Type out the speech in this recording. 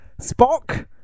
Spock